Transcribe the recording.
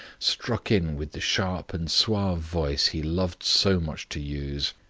struck in with the sharp and suave voice he loved so much to use.